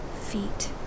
feet